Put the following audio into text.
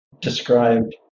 described